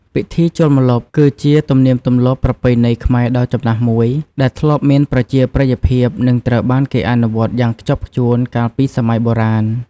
ពិធីចូលម្លប់ គឺជាទំនៀមទម្លាប់ប្រពៃណីខ្មែរដ៏ចំណាស់មួយ ដែលធ្លាប់មានប្រជាប្រិយភាព និងត្រូវបានគេអនុវត្តយ៉ាងខ្ជាប់ខ្ជួនកាលពីសម័យបុរាណ។